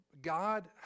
God